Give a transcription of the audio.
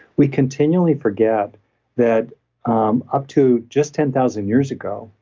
we continually forget that um up to just ten thousand years ago,